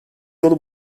yolu